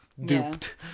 duped